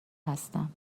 هستن